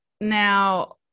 Now